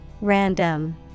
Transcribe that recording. Random